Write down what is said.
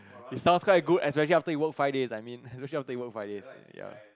it's sounds quite good especially after you work five days I mean especially after you work five days ya